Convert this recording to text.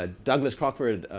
ah douglas crockford,